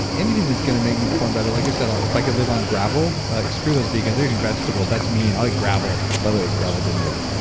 and anything that's going to make me perform better. like i said, if i could live on gravel, like screw those vegans eating vegetables, that's me and i like gravel. by the way, gravel doesn't work.